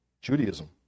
Judaism